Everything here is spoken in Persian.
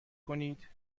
کنید